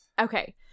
Okay